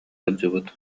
сылдьыбыт